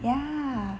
ya